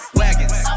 wagons